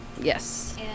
yes